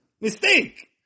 Mistake